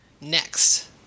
Next